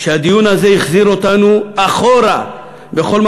שהדיון הזה החזיר אותנו אחורה בכל מה